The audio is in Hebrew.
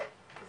זה